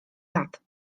lat